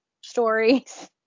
stories